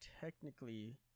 technically